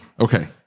Okay